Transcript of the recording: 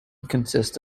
consists